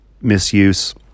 misuse